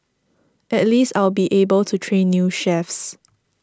at least I'll be able to train new chefs